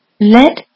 Let